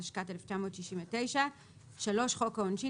התשכ"ט 1969,‏ (3)חוק העונשין,